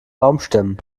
baumstämmen